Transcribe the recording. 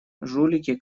жулики